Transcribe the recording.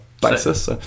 basis